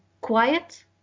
quiet